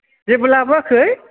जेबो लाबोयाखै